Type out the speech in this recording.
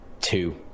Two